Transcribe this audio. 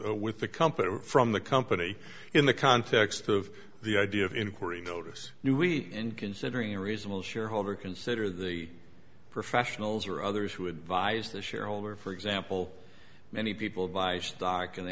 forth with the company from the company in the context of the idea of inquiry notice do we in considering a reasonable shareholder consider the professionals or others who advise the shareholder for example many people buy stock and they